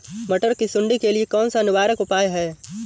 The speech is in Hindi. मटर की सुंडी के लिए कौन सा निवारक उपाय है?